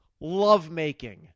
lovemaking